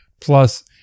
Plus